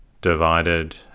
divided